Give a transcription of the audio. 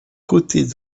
côtés